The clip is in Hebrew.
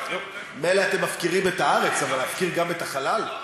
מילא אתם מפקירים את הארץ, אבל להפקיר גם את החלל?